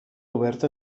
obert